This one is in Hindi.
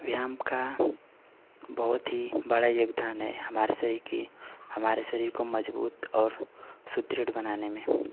व्यायाम का बहुत ही बड़ा योगदान है हमारे शरीर की हमारे शरीर को मजबूत और सुदृढ़ बनाने में